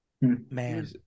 man